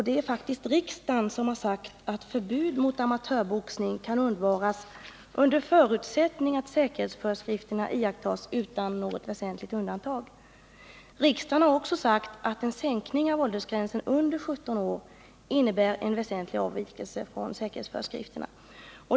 Det är faktiskt riksdagen som har sagt att förbud mot amatörboxning kan undvaras under förutsättning att säkerhetsföreskrifterna iakttas utan något väsentligt undantag. Riksdagen har också sagt att en sänkning av åldersgränsen under 17 år innebär en väsentlig avvikelse från säkerhetsföreskrifterna.